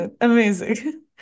amazing